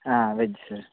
ಹಾಂ veg sir